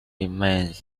remains